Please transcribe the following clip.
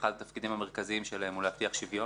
אחד התפקידים המרכזיים שלהם הוא להבטיח שוויון.